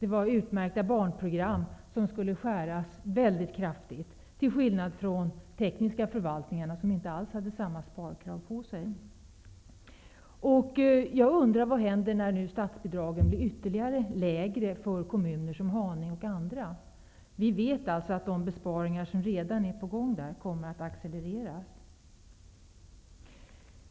Det var utmärkta barnprogram som skulle skäras ned väldigt kraftigt, till skillnad mot de tekniska förvaltningarna, som inte alls hade samma sparkrav på sig. Jag undrar vad som händer när statsbidragen nu blir ännu lägre för kommuner som Haninge. Vi vet att de besparingar som redan är på gång där kommer att accelereras.